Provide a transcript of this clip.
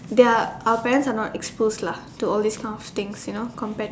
their our parents are not expose lah to all these kind of things you know compared